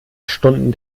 stunden